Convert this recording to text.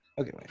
okay